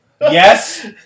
Yes